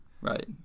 Right